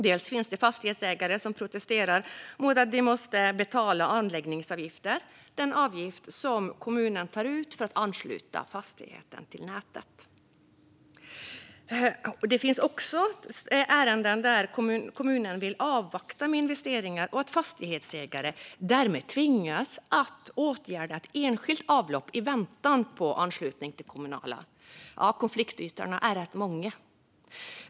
Dels finns det fastighetsägare som protesterar mot att de måste betala anläggningsavgifter, det vill säga den avgift som kommunen tar ut för att ansluta fastigheter till nätet. Det finns också ärenden där kommunen vill avvakta med investeringar och fastighetsägare tvingas att åtgärda ett enskilt avlopp i väntan på anslutning till det kommunala. Konfliktytorna är många.